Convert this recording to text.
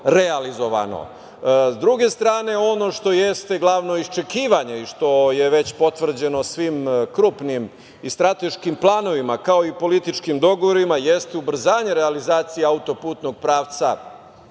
druge strane, ono što jeste glavno, iščekivanje i što je već potvrđeno svim krupnim i strateškim planovima, kao i političkim dogovorima, jeste ubrzanje realizacije auto-putnog pravca